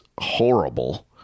horrible